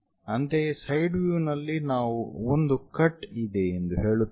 ಅಂತೆಯೇ ಸೈಡ್ ವ್ಯೂನಲ್ಲಿ ನಾವು ಒಂದು ಕಟ್ ಇದೆ ಎಂದು ಹೇಳುತ್ತಿದ್ದೇವೆ